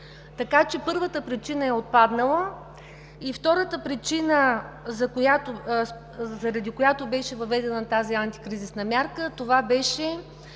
така че първата причина е отпаднала. Втората причина, поради която беше въведена тази антикризисна мярка, беше